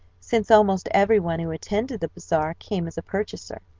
since almost every one who attended the bazaar came as a purchaser,